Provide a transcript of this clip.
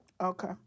Okay